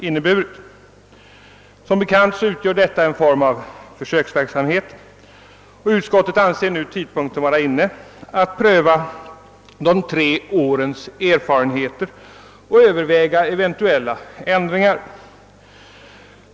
Det är som bekant fråga om en form av försöksverksamhet och utskottet anser nu tidpunkten vara inne att pröva de tre årens erfarenheter och att överväga eventuella ändringar.